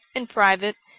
in private,